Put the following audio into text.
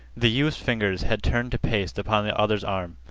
the youth's fingers had turned to paste upon the other's arm.